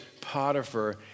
Potiphar